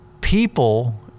people